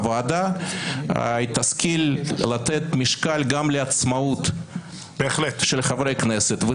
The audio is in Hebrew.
הוועדה תשכיל לתת משקל גם לעצמאות של חברי הכנסת -- בהחלט.